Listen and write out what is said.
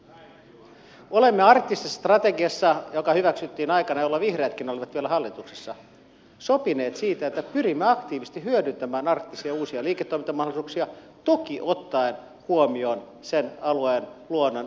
olemme arktisessa strategiassa joka hyväksyttiin aikana jolloin vihreätkin olivat vielä hallituksessa sopineet siitä että pyrimme aktiivisesti hyödyntämään arktisia uusia liiketoimintamahdollisuuksia toki ottaen huomioon sen alueen luonnon erityisen haavoittuvuuden